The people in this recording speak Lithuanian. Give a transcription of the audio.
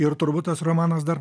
ir turbūt tas romanas dar